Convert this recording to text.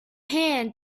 hand